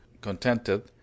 contented